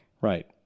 right